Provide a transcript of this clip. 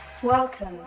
Welcome